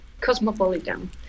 cosmopolitan